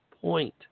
point